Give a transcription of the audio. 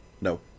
No